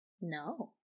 No